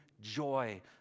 joy